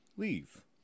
Leave